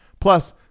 Plus